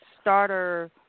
starter